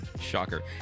Shocker